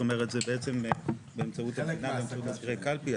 זאת אומרת זה בעצם באמצעות המדינה באמצעות קלפי,